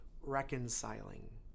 reconciling